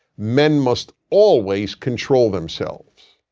men must always control themselves.